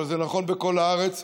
אבל זה נכון בכל הארץ.